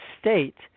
state